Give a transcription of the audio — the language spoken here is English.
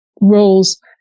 roles